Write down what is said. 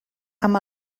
amb